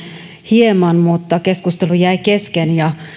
hieman mutta keskustelu jäi kesken ja